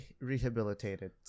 rehabilitated